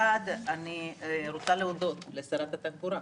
אני רוצה להודות לשרת התחבורה,